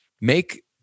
Make